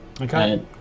Okay